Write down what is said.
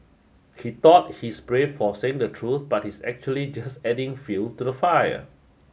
he thought he's brave for saying the truth but he's actually just adding fuel to the fire